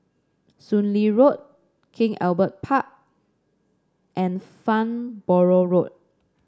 Soon Lee Road King Albert Park and Farnborough Road